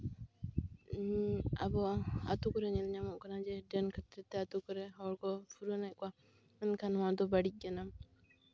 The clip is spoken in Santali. ᱟᱵᱚᱣᱟᱜ ᱟᱛᱳ ᱠᱚᱨᱮᱜ ᱧᱮᱞ ᱧᱟᱢᱚᱜ ᱠᱟᱱᱟ ᱡᱮ ᱰᱟᱹᱱ ᱠᱷᱟᱹᱛᱤᱨ ᱛᱮ ᱟᱛᱳ ᱠᱚᱨᱮ ᱦᱚᱲ ᱠᱚ ᱯᱷᱩᱨᱟᱹᱱᱮᱜ ᱠᱚᱣᱟ ᱢᱮᱱᱠᱷᱟᱱ ᱱᱚᱣᱟ ᱫᱚ ᱵᱟᱹᱲᱤᱡᱽ ᱠᱟᱱᱟ